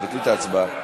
ההצבעה מבוטלת.